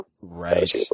right